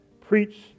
Preach